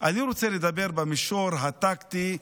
אני רוצה לדבר במישור הטקטי,